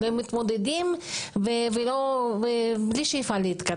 אז הם מתמודדים עם זה כשאין להם באופק איזו שאיפה להתקדם.